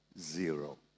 Zero